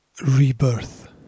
Rebirth